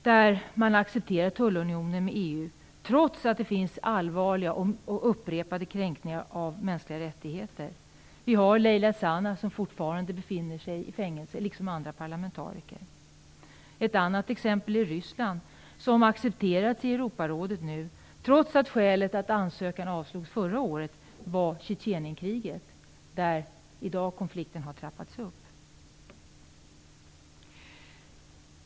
Man har nu accepterat tullunionen mellan Turkiet och EU, trots att det är allvarliga och upprepade kränkningar av mänskliga rättigheter i Turkiet. Exempelvis befinner sig Leyla Zana fortfarande i fängelse, liksom många andra parlamentariker. Ett annat exempel är Ryssland, som accepterats i Europarådet trots att skälet till att ansökan avslogs förra året var Tjetjenienkriget. I dag har den konflikten trappats upp.